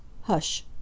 Hush